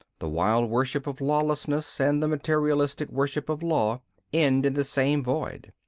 the wild worship of lawlessness and the materialist worship of law end in the same void.